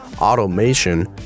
Automation